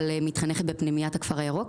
אבל מתחנכת בפנימיית הכפר הירוק.